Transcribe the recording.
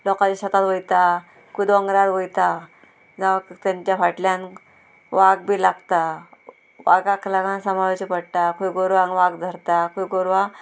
लोकांचे शेतांत वयता खंय दोंगरार वयता जावं तेंच्या फाटल्यान वाग बी लागता वागाक लागून सांबाळचें पडटा खंय गोरवांक वाग धरता खंय गोरवां